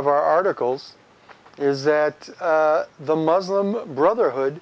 of our articles is that the muslim brotherhood